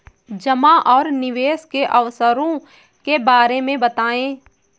जमा और निवेश के अवसरों के बारे में बताएँ?